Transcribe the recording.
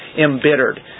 embittered